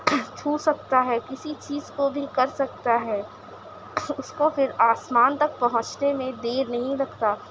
چھو سکتا ہے کسی چیز کو بھی کر سکتا ہے اس کو پھر آسمان تک پہنچنے میں دیر نہیں لگتا